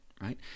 right